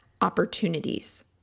opportunities